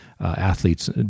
athletes